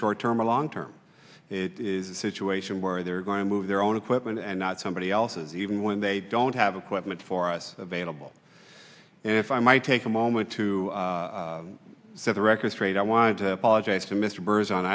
short term or long term it is a situation where they're going to move their own equipment and not somebody else's even when they don't have a quick meant for us available if i might take a moment to set the record straight i want to apologize to mr burns on